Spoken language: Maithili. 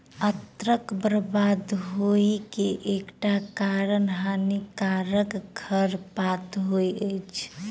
अन्नक बर्बाद होइ के एकटा कारण हानिकारक खरपात होइत अछि